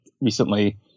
recently